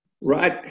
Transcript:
right –